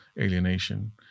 alienation